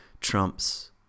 Trump's